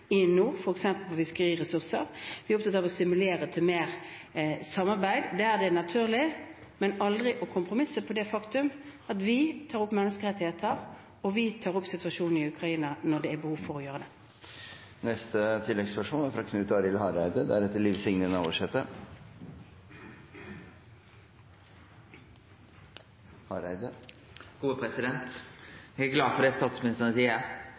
stimulere til mer samarbeid der det er naturlig, men vil aldri kompromisse på det faktum at vi tar opp menneskerettigheter – og vi tar opp situasjonen i Ukraina når det er behov for å gjøre det. Knut Arild Hareide – til oppfølgingsspørsmål. Eg er glad for det statsministeren